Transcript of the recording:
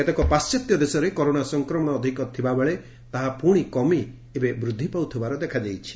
କେତେକ ପାଶ୍କାତ୍ୟ ଦେଶରେ କରୋନା ସଂକ୍ରମଣ ଅଧିକ ଥିବାବେଳେ ତାହା ପୁଣି କମି ଏବେ ବୃଦ୍ଧି ପାଉଥିବା ଦେଖାଯାଇଛି